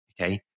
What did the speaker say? Okay